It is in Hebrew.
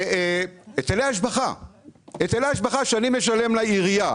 היטלי השבחה שאני משלם לעירייה